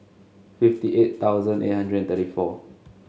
fifty eight thousand eight hundred and thirty four